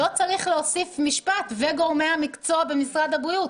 לא צריך להוסיף את המשפט: "וגורמי המקצוע במשרד הבריאות".